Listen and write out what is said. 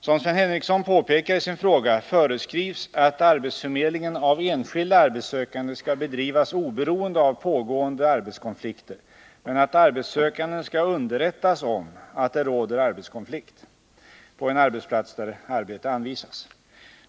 Som Sven Henricsson påpekar i sin fråga föreskrivs att arbetsförmedlingen Nr 146 av enskilda arbetssökande skall bedrivas oberoende av pågående arbetskon Måndagen den flikter men att arbetssökanden skall underrättas om att det råder arbetskon 19 maj 1980 as.